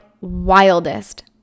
wildest